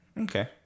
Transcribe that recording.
okay